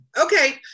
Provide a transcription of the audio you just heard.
okay